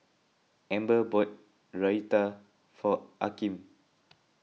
Amber bought Raita for Akeem